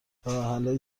راهحلهایی